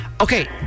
Okay